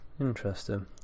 interesting